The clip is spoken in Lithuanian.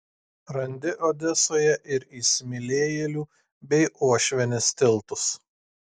randi odesoje ir įsimylėjėlių bei uošvienės tiltus